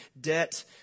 debt